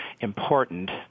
important